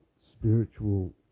spiritual